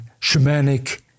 shamanic